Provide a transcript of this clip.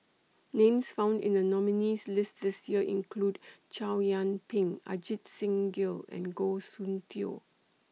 Names found in The nominees' list This Year include Chow Yian Ping Ajit Singh Gill and Goh Soon Tioe